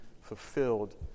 fulfilled